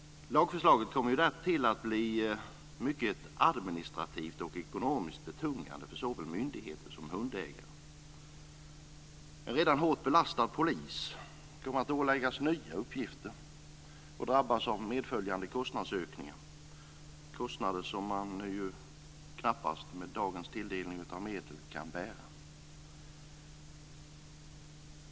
Lagförslaget kommer att därtill bli administrativt och ekonomiskt mycket betungande för såväl myndigheter som hundägare. Redan hårt belastad polis kommer att åläggas nya uppgifter och drabbas av medföljande kostnadsökningar, kostnader som man knappast med dagens tilldelning av medel kan bära.